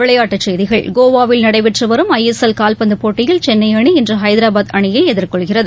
விளையாட்டுச் செய்திகள் கோவாவில் நடைபெற்று வரும் ஐஎஸ்எல் கால்பந்து போட்டியில் சென்னை அணி இன்று ஹைதராபாத் அணியை எதிர்கொள்கிறது